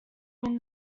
win